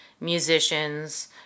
musicians